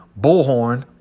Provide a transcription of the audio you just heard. Bullhorn